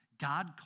God